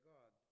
God